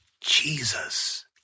Jesus